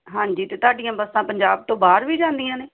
ਹਾਂਜੀ ਅਤੇ ਤੁਹਾਡੀਆਂ ਬੱਸਾਂ ਪੰਜਾਬ ਤੋਂ ਬਾਹਰ ਵੀ ਜਾਂਦੀਆਂ ਨੇ